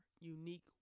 unique